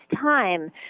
time